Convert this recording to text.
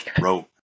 wrote